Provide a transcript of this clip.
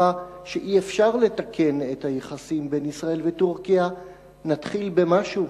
שאי-אפשר לתקן את היחסים בין ישראל לטורקיה נתחיל במשהו,